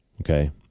okay